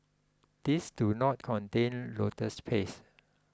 these do not contain lotus paste